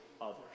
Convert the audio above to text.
others